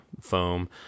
foam